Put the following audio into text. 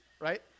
right